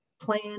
plan